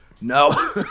No